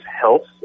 health